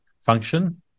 function